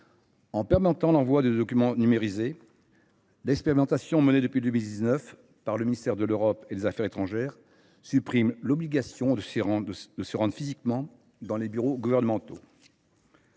En permettant l’envoi des documents numérisés, l’expérimentation menée depuis 2019 par le ministère de l’Europe et des affaires étrangères supprime l’obligation de se rendre physiquement dans les bureaux gouvernementaux.